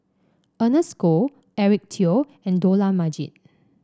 Ernest Goh Eric Teo and Dollah Majid